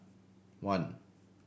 one